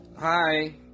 Hi